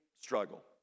struggle